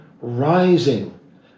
rising